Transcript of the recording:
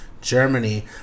Germany